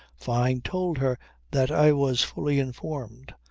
fyne told her that i was fully informed.